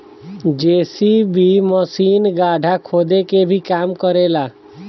JCB machine गड्ढा खोदे के भी काम करे ला